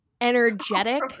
energetic